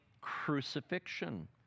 crucifixion